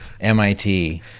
MIT